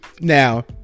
now